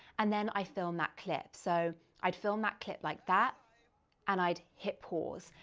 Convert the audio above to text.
and then i film that clip. so i'd film that clip like that and i'd hit pause.